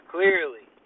Clearly